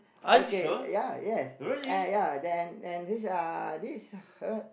okay ya yes ah ya then and this are this is her